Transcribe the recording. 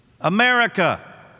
America